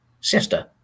Sister